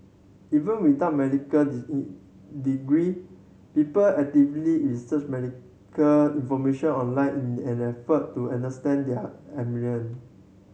even without medical degree people actively research medical information online in an effort to understand their ailment